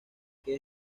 que